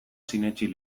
sinetsi